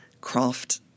craft